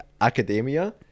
academia